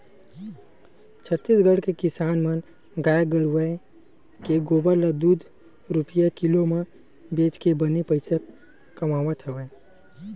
छत्तीसगढ़ के किसान मन गाय गरूवय के गोबर ल दू रूपिया किलो म बेचके बने पइसा कमावत हवय